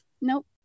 nope